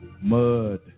Mud